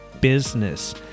Business